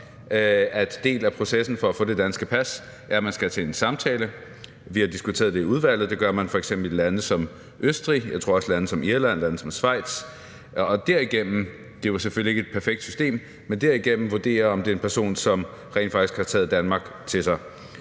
en del af processen for at få det danske pas er, at man skal til en samtale. Vi har diskuteret det i udvalget. Det gør man f.eks. i et land som Østrig, og jeg tror også lande som Irland og Schweiz. Og det er jo selvfølgelig ikke et perfekt system, men derigennem skal vi vurdere, om det er en person, som rent faktisk har taget Danmark til sig.